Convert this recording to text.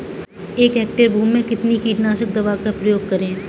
एक हेक्टेयर भूमि में कितनी कीटनाशक दवा का प्रयोग करें?